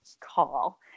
call